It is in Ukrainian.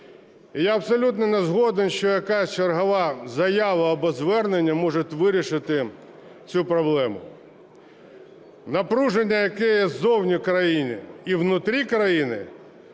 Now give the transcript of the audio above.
я абсолютно не згоден, що якась чергова заява або звернення можуть вирішити цю проблему. Напруження, яке є ззовні країни і внутри країни,